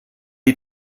die